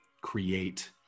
create